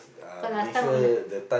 cause last time when